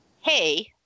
hey